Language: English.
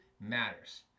matters